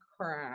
crap